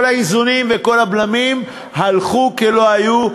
כל האיזונים וכל הבלמים הלכו כלא היו,